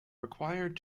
required